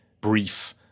brief